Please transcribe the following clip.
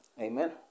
Amen